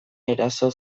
eraso